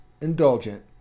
indulgent